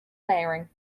layering